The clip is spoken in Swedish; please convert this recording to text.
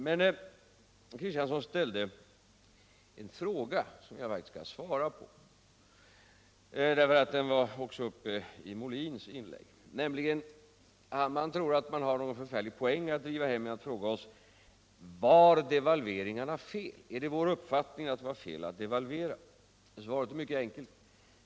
Herr Kristiansson ställde en fråga som jag skall svara på — den var uppe också i herr Molins inlägg. Man tror att man har någon poäng att hämta genom att fråga oss om det är vår uppfattning att det var fel att devalvera. Svaret är mycket enkelt.